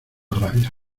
rabia